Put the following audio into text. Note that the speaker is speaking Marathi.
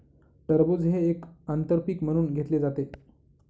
टरबूज हे एक आंतर पीक म्हणून घेतले जाते